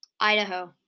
Idaho